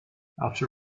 after